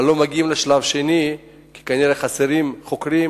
אבל לא מגיעים לשלב השני, כי כנראה חסרים חוקרים